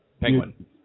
penguin